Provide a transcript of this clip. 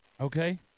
Okay